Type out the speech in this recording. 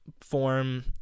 form